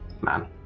Man